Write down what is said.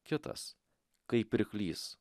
kitas kaip pirklys